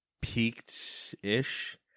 peaked-ish